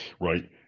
right